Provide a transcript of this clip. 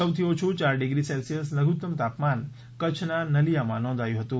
સૌથી ઓછું ચાર ડિગ્રી સેલ્સીયસ લધુત્તમ તાપમાન કચ્છના નલીયામાં નોંધાયું હતું